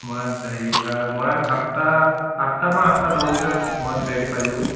মৰাণ চাৰিআলি মৰাণ আঠটা আঠটাৰ পৰা আঠটা দহৰ ভিতৰত মৰাণ চাৰিআলি পাই যাবগৈ